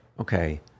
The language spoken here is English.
Okay